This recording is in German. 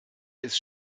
ist